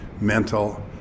mental